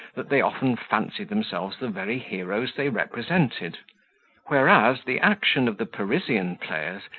that they often fancied themselves the very heroes they represented whereas, the action of the parisian,